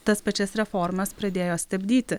tas pačias reformas pradėjo stabdyti